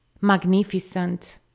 magnificent